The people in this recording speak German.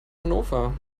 hannover